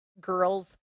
girls